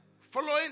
Following